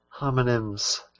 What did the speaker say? Homonyms